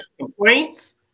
Complaints